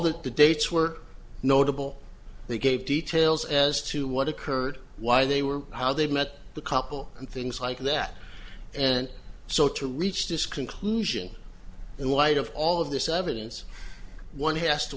that the dates were notable they gave details as to what occurred why they were how they met the couple and things like that and so to reach this conclusion in light of all of this evidence one has to